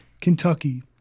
Kentucky